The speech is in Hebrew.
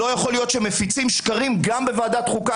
לא יכול להיות שמפיצים שקרים גם בוועדת חוקה.